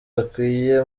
bakwiye